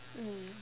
mm